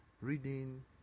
reading